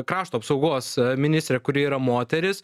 krašto apsaugos ministrė kuri yra moteris